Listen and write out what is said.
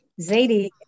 Zadie